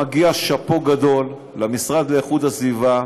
מגיע שאפו גדול למשרד לאיכות הסביבה,